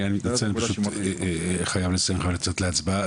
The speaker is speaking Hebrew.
אני מתנצל אני פשוט חייב לסיים וללכת להצבעה,